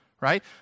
right